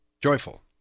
joyful